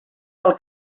del